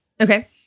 Okay